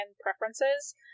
preferences